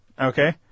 Okay